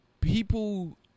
people